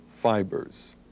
fibers